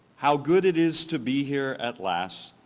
how good it is to be here at last,